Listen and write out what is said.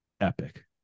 epic